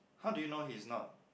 how do you know he is not